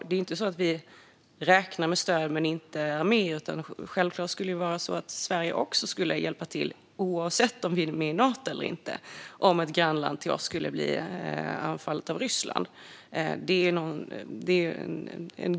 Det är inte så att vi räknar med stöd men inte är med, utan självklart ska Sverige också hjälpa till oavsett om vi är med i Nato eller inte om ett grannland till oss skulle bli anfallet av Ryssland.